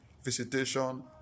visitation